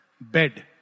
bed